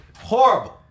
Horrible